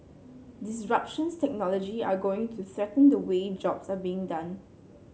disruptions technology are going to threaten the way jobs are being done